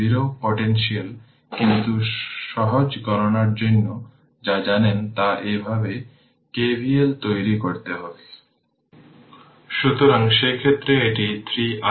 এটি গুরুত্বপূর্ণ এবং আমার এটি মনে রাখা উচিত যে ইন্ডাক্টর তাৎক্ষণিকভাবে কারেন্ট পরিবর্তন করতে পারে না তাই রেসপন্স হিসাবে ইন্ডাক্টর কারেন্ট সিলেক্ট করুন